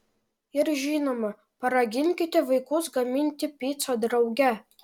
ir žinoma paraginkite vaikus gaminti picą drauge